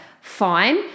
fine